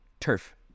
turf